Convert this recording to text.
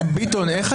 כן,